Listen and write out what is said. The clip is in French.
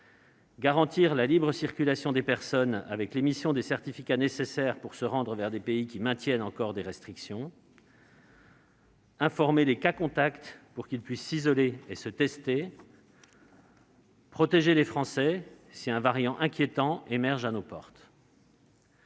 garantir la libre circulation des personnes, avec l'émission des certificats nécessaires pour se rendre vers des pays qui maintiennent des restrictions ; informer les cas contacts pour qu'ils puissent s'isoler et se tester ; protéger les Français si un variant inquiétant émerge à nos portes.